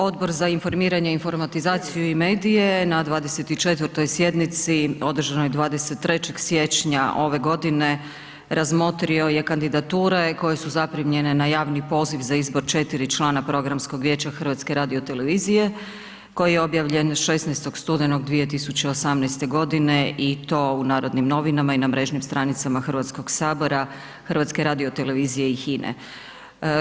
Odbor za informiranje, informatizaciju i medije na 24. sjednici održanoj 23. siječnja ove godine razmotrio je kandidature koji su zaprimljene na javni poziv za izbor četiri člana Programskog vijeća HRT-a koji je objavljen 16. studenog 2018. godine i to u Narodnim novinama i na mrežnim stranicama Hrvatskog sabora, HRT-a i HINA-e.